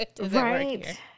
Right